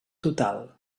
total